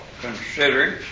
considering